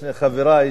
שני חברי,